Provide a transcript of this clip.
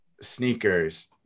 sneakers